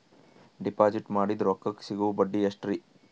Deposit ಮಾಡಿದ ರೊಕ್ಕಕೆ ಸಿಗುವ ಬಡ್ಡಿ ಎಷ್ಟ್ರೀ?